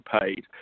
paid